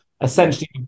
essentially